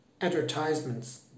advertisements